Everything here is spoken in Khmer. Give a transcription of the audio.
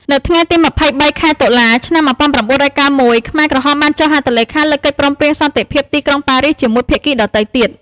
នៅថ្ងៃទី២៣ ខែតុលា ឆ្នាំ១៩៩១ ខ្មែរក្រហមបានចុះហត្ថលេខាលើកិច្ចព្រមព្រៀងសន្តិភាពទីក្រុងប៉ារីសជាមួយភាគីដទៃទៀត។